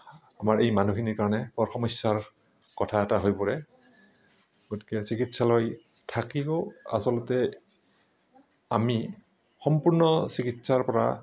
আমাৰ এই মানুহখিনিৰ কাৰণে বৰ সমস্যাৰ কথা এটা হৈ পৰে গতিকে চিকিৎসালয় থাকিও আচলতে আমি সম্পূৰ্ণ চিকিৎসাৰ পৰা